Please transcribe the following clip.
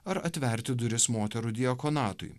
ar atverti duris moterų diakonatui